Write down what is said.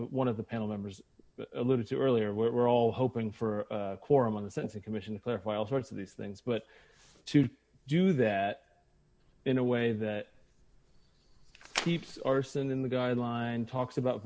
one of the panel members alluded to earlier we're all hoping for a quorum in the sense a commission to clarify all sorts of these things but to do that in a way that keeps arson in the guideline talks about